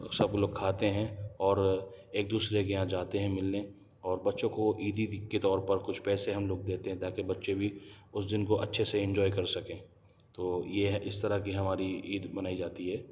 سب لوگ کھاتے ہیں اور ایک دوسرے کے یہاں جاتے ہیں ملنے اور بچوں کو عیدی کے طور پر کچھ پیسے ہم لوگ دیتے ہیں تاکہ بچے بھی اس دن کو اچھے سے انجوائے کر سکیں تو یہ ہے اس طرح کی ہماری عید منائی جاتی ہے